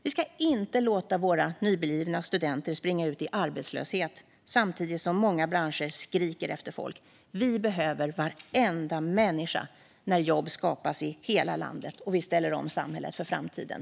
Vi ska inte låta våra nyblivna studenter springa ut i arbetslöshet samtidigt som många branscher skriker efter folk. Vi behöver varenda människa när jobb skapas i hela landet och vi ställer om samhället för framtiden.